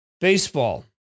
baseball